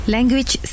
Language